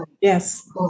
yes